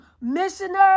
Missionary